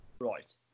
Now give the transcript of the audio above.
right